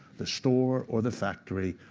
the store, or the factory,